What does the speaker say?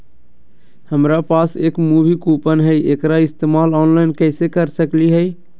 हमरा पास एक मूवी कूपन हई, एकरा इस्तेमाल ऑनलाइन कैसे कर सकली हई?